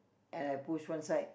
and I push one side